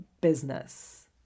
business